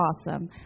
awesome